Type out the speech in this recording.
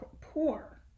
poor